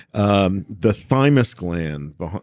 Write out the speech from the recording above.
um the thymus gland. oh,